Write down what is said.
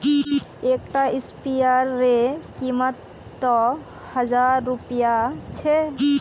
एक टा स्पीयर रे कीमत त हजार रुपया छे